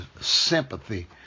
sympathy